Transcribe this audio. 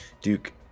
Duke